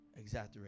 Exaggerate